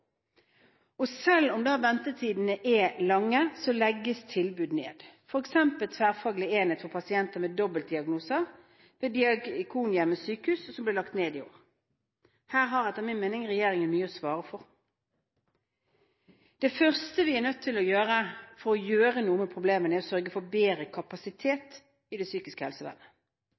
Og selv om da ventetidene er lange, legges tilbud ned, f.eks. ble Tverrfaglig enhet for pasienter med dobbeltdiagnose ved Diakonhjemmet sykehus lagt ned i år. Her har etter min mening regjeringen mye å svare for. Det første vi er nødt til å gjøre for å gjøre noe med problemene, er å sørge for bedre kapasitet i det psykiske helsevernet.